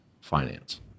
finance